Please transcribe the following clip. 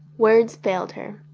words failed her.